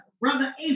Brother